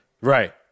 Right